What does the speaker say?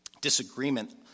disagreement